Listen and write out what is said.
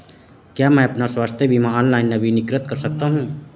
क्या मैं अपना स्वास्थ्य बीमा ऑनलाइन नवीनीकृत कर सकता हूँ?